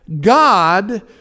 God